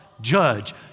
judge